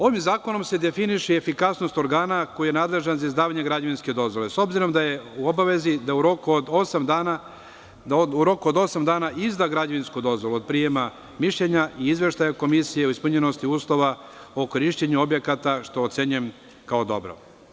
Ovim zakonom se definiše i efikasnost organa koji je nadležan za izdavanje građevinske dozvole, s obzirom da je u obavezi da u roku od osam dana izda građevinsku dozvolu od prijema mišljenja i izveštaja komisije o ispunjenosti uslova o korišćenju objekata, što ocenjujem kao dobro.